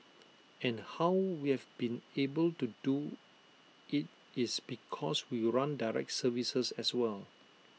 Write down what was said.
and how we've been able to do IT is because we run direct services as well